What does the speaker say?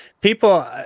people